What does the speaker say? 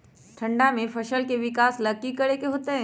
ठंडा में फसल के विकास ला की करे के होतै?